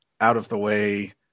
out-of-the-way